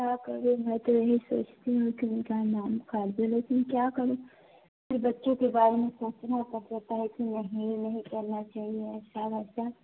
क्या करूँ मैं तो यही सोचती हूँ कि उनका नाम फालतू लेकिन क्या करूँ कि बच्चों के बारे में सोचना पड़ सकता है कि नहीं नहीं करना चाहिए ऐसा वैसा